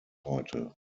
heute